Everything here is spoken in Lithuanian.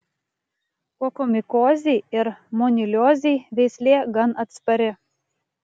kokomikozei ir moniliozei veislė gan atspari